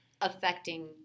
affecting